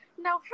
Now